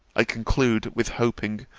i conclude with hoping,